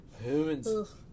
humans